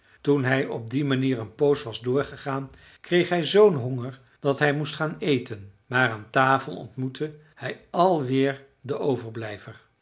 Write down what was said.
toen hij op die manier een poos was doorgegaan kreeg hij zoo'n honger dat hij moest gaan eten maar aan tafel ontmoette hij alweer den overblijver